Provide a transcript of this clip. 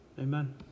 Amen